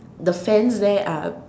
the fans there are